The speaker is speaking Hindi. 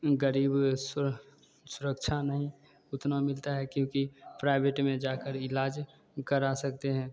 ग़रीब सुरह सुरक्षा नहीं उतनी मिलती है क्योंकि प्राइवेट में जा कर इलाज करा सकते हैं